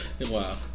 Wow